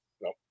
no